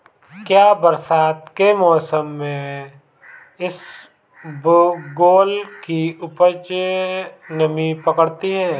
क्या बरसात के मौसम में इसबगोल की उपज नमी पकड़ती है?